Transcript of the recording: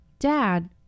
Dad